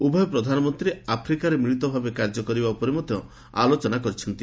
ଉଭୟ ପ୍ରଧାନମନ୍ତ୍ରୀ ଆଫ୍ରିକାରେ ମିଳିତ ଭାବେ କାର୍ଯ୍ୟ କରିବା ଉପରେ ମଧ୍ୟ ଆଲୋଚନା କରିଛନ୍ତି